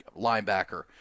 linebacker